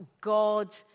God